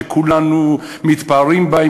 שכולנו מתפארים בה,